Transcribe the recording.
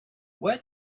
where